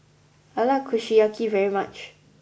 I like Kushiyaki very much